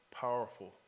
powerful